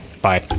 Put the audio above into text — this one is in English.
Bye